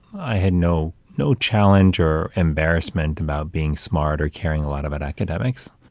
i had no, no challenge or embarrassment about being smart or caring a lot about academics.